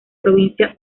provincia